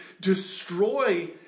destroy